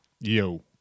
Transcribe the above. Yo